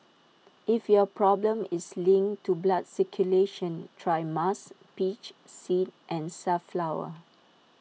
if your problem is linked to blood circulation try musk peach seed and safflower